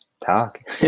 talk